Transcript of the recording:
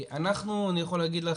אנחנו אני יכול להגיד לך,